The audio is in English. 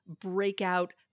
breakout